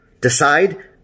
Decide